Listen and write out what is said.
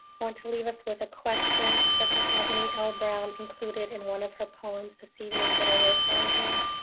want to leave us with a question that mahogany l. browne included in one of her poems this evening that i wrote down here